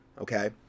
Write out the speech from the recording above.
okay